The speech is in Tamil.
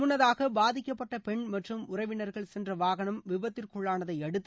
முன்னதாக பாதிக்கப்பட்ட பெண் மற்றும் உறவினர்கள் சென்ற வாகனம் விபத்திற்குள்ளானதை அடுத்து